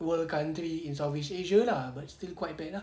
world country in southeast asia lah but still quite bad lah